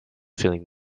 feeling